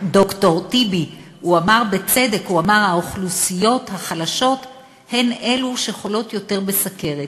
ד"ר טיבי הוא אמר בצדק: האוכלוסיות החלשות הן שחולות יותר בסוכרת.